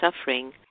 suffering